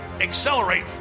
accelerate